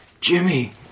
Jimmy